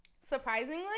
Surprisingly